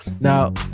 Now